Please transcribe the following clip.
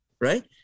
right